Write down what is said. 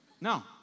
No